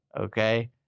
Okay